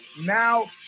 now